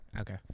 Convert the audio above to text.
Okay